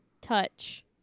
touch